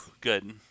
Good